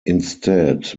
instead